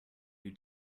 you